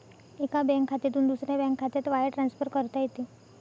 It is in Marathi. एका बँक खात्यातून दुसऱ्या बँक खात्यात वायर ट्रान्सफर करता येते